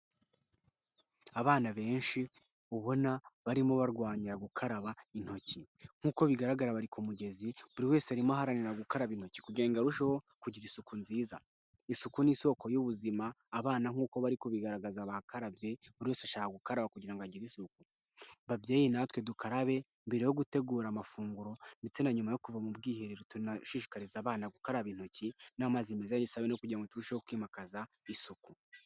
Abana benshi ubona barimo barwanira gukaraba intoki, nkuko bigaragara bari ku mugezi buri wese arimo aharanira gukaraba intoki kugira ngo arusheho kugira isuku nziza, isuku ni isoko y'ubuzima abana nkuko bari kubigaragaza bakarabye buri wese ashaka gukaraba kugira ngo agire isuku. Babyeyi natwe dukarabe mbere yo gutegura amafunguro ndetse na nyuma yo kuva mu bwiherero tunashishikariza abana gukaraba intoki n'amazi meza n'isabine no kugira ngo turusheho kwimakaza isuku.